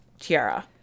tiara